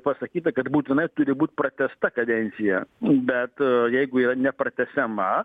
pasakyta kad būtinai turi būti pratęsta kadencija bet jeigu yra nepratęsiama